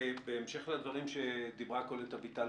בהמשך לדברים שאמרה קולט אביטל,